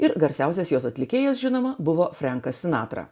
ir garsiausias jos atlikėjos žinoma buvo frenkas sinatra